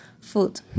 food